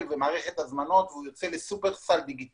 ומערכת הזמנות והוא יוצר לסופר דיגיטלי.